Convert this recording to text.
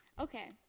Okay